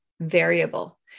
variable